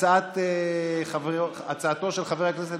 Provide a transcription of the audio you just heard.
הצעתו של חבר הכנסת